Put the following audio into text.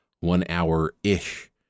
one-hour-ish